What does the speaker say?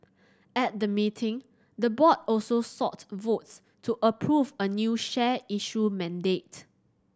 at the meeting the board also sought votes to approve a new share issue mandate